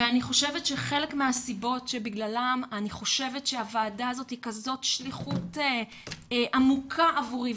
אני חושבת שחלק מהסיבות שבגללן הוועדה הזאת היא שליחות עמוקה עבורי,